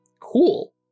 cool